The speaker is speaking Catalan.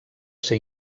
ser